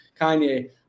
Kanye